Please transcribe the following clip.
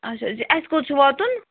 اچھا اچھا اَسہِ کوٚت چھِ واتُن